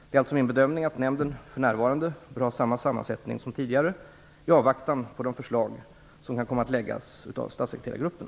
Det är alltså min bedömning att nämnden för närvarande bör ha samma sammansättning som tidigare, i avvaktan på de förslag som kan komma att läggas av statssekreterargruppen.